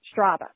Strava